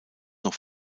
noch